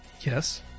Yes